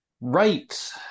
Right